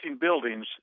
buildings